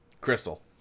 Crystal